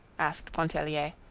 asked pontellier,